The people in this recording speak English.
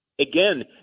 Again